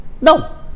No